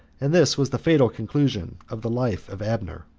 and this was the fatal conclusion of the life of abner.